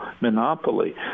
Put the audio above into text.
monopoly